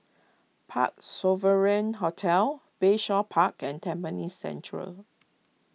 Parc Sovereign Hotel Bayshore Park and Tampines Central